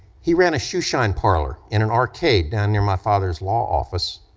he ran a shoeshine parlor and an arcade down near my father's law office,